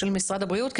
של משרד הבריאות,